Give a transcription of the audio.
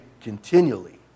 continually